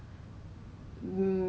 他拍 video 给我看